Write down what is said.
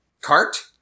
Cart